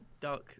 duck